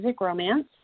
Romance